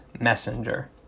messenger